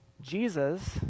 Jesus